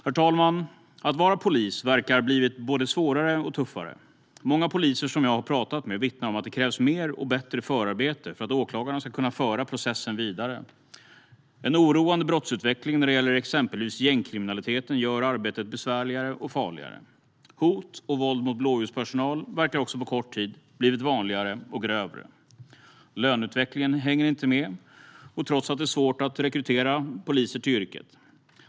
Herr talman! Att vara polis verkar ha blivit både svårare och tuffare. Många poliser som jag har pratat med vittnar om att det krävs mer och bättre förarbete för att åklagarna ska kunna föra processen vidare. En oroande brottsutveckling när det gäller exempelvis gängkriminaliteten gör arbetet besvärligare och farligare. Hot och våld mot blåsljuspersonal verkar också, på kort tid, ha blivit vanligare och grövre. Löneutvecklingen hänger inte med, trots att det är svårt att rekrytera poliser.